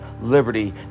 liberty